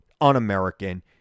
Un-American